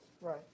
Right